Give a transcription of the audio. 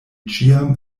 ĉiam